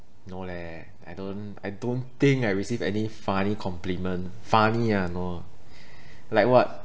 no leh I don't I don't think I receive any funny compliment funny ah no like what